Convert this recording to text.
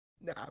Nah